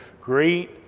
great